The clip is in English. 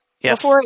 Yes